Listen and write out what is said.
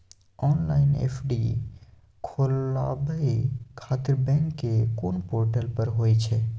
Online FD खोलाबय खातिर bank के कोन पोर्टल पर होए छै?